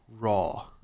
Raw